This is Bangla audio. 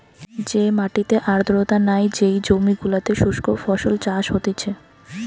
যে মাটিতে আর্দ্রতা নাই, যেই জমি গুলোতে শুস্ক ফসল চাষ হতিছে